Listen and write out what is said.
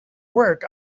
work